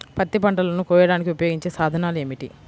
పత్తి పంటలను కోయడానికి ఉపయోగించే సాధనాలు ఏమిటీ?